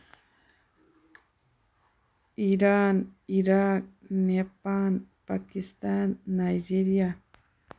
Iran Iraq Nepal Pakistan Nigeria